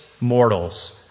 mortals